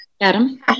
Adam